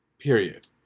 Period